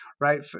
right